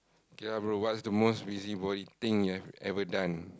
okay lah bro what is the most busybody thing you have ever done